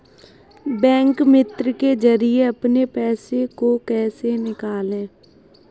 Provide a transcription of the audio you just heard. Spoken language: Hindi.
बैंक मित्र के जरिए अपने पैसे को कैसे निकालें?